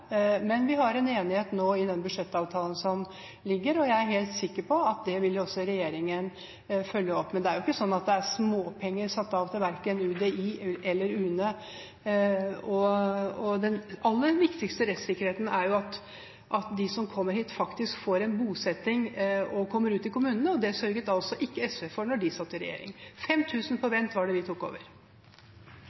men vi har en enighet nå i den budsjettavtalen som foreligger, og jeg er helt sikker på at det vil også regjeringen følge opp. Men det er ikke sånn at det er småpenger satt av til verken UDI eller UNE. Den aller viktigste rettssikkerheten er jo at de som kommer hit, faktisk får bosetting og kommer ut i kommunene, og det sørget altså ikke SV for da de satt i regjering. 5 000 på vent, det var det vi tok over.